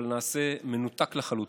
אבל זה מנותק לחלוטין.